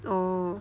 orh